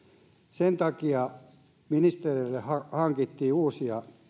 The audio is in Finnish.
sen takia ministereille hankittiin uusia